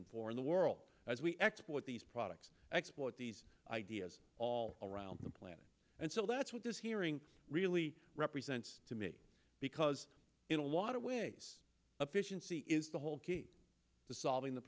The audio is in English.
and four in the world as we export these products exploit these ideas all around the planet and so that's what this hearing really represents to me because in a lot of ways a fission see is the whole key to solving the